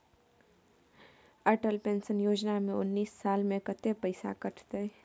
Atal pension Yojana में उनैस साल के कत्ते पैसा कटते?